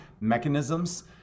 mechanisms